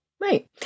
Right